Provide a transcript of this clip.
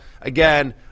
Again